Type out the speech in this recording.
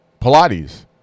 Pilates